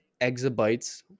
exabytes